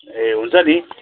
ए हुन्छ नि